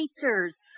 teachers